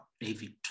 David